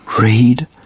Read